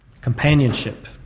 companionship